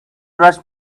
rush